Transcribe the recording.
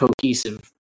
cohesive